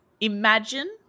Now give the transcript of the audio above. imagine